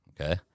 okay